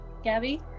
Gabby